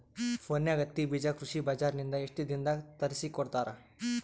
ಫೋನ್ಯಾಗ ಹತ್ತಿ ಬೀಜಾ ಕೃಷಿ ಬಜಾರ ನಿಂದ ಎಷ್ಟ ದಿನದಾಗ ತರಸಿಕೋಡತಾರ?